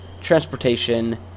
transportation